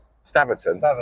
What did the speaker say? Staverton